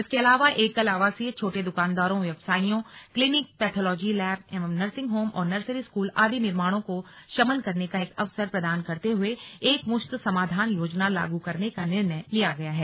इसके अलावा एकल आवासीय छोटे द्वकानदारों व्यवसायियों क्लीनिक पैथोलॉजी लैब एवं नर्सिंग होम और नर्सरी स्कूल आदि निर्माणों को शमन करने का एक अवसर प्रदान करते हुए एक मुश्त समाधान योजना लागू करने का निर्णय लिया गया है